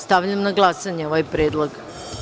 Stavljam na glasanje ovaj predlog.